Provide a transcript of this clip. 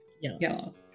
Yellow